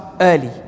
early